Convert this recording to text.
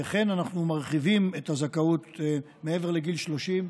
וכן אנחנו מרחיבים את הזכאות מעבר לגיל 30,